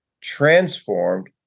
transformed